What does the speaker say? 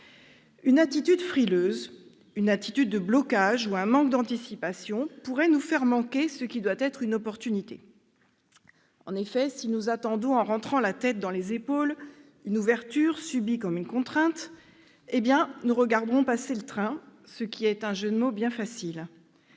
Une attitude frileuse, une attitude de blocage ou un manque d'anticipation pourraient nous faire manquer ce qui doit être une opportunité. Si nous attendons en rentrant la tête dans les épaules une ouverture subie comme une contrainte, nous regarderons passer le train, ce qui est un jeu de mots facile